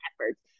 efforts